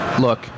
look